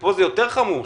פה זה יותר חמור,